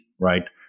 right